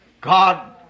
God